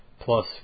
plus